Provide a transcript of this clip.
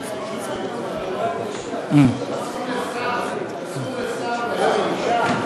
היה מצוין, אבל אפילו אתה, אסור לך לדבר עם אישה?